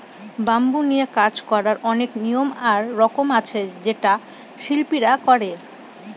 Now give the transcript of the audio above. bamboo নিয়ে কাজ করার অনেক নিয়ম আর রকম আছে যেটা শিল্পীরা করে